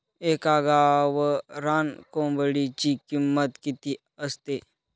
एका गावरान कोंबडीची किंमत किती असते?